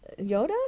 Yoda